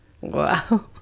Wow